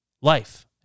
life